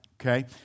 Okay